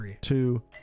Two